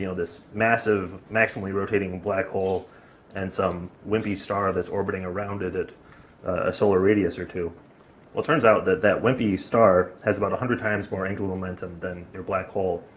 you know this massive, maximally rotating black hole and some wimpy star that's orbiting around it at a solar radius or two. well it turns out that that wimpy star has about a hundred times more angular momentum than your black hole,